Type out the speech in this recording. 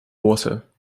water